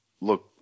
look